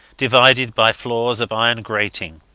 divided by floors of iron grating,